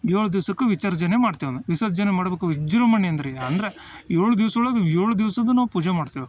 ಏಳು ದಿವ್ಸಕ್ಕೆ ವಿಸರ್ಜನೆ ಮಾಡ್ತೇವಿ ವಿಸರ್ಜನೆ ಮಾಡಬೇಕು ವಿಜೃಂಭಣೆಯಿಂದ ರೀ ಅಂದರೆ ಏಳು ದಿವ್ಸ ಒಳಗೆ ಏಳು ದಿವಸದ್ದು ನಾವು ಪೂಜೆ ಮಾಡ್ತೇವೆ